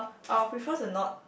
I will prefer to not